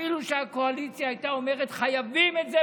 אפילו שהקואליציה הייתה אומרת: חייבים את זה,